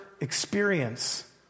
experience